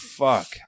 fuck